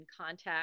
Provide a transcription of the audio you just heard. contact